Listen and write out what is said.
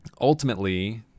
ultimately